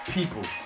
People